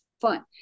fun